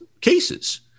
cases